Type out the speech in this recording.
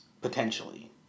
potentially